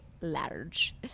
large